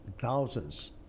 thousands